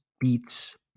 beats